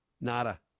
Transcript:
Nada